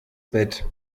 bett